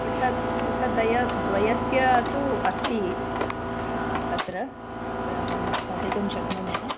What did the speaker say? पुटं पुटद्वय द्वयस्य तु अस्ति तत्र पठितुं शक्नुमः